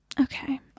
Okay